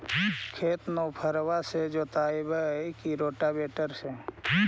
खेत नौफरबा से जोतइबै की रोटावेटर से?